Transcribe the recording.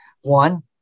one